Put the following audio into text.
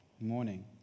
morning